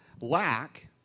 lack